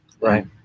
Right